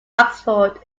oxford